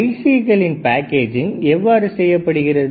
IC களின் packaging எவ்வாறு செய்யப்படுகிறது